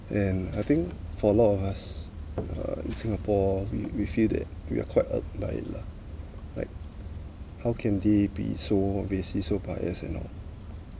and I think for a lot of us uh in singapore we we feel that we are quite uh by it lah like how can they be so racist so biased and all